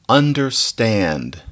understand